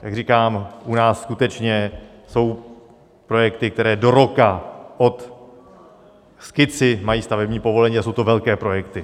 Jak říkám, u nás skutečně jsou projekty, které do roka od skici mají stavební povolení, a jsou to velké projekty.